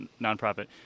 nonprofit